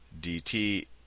dt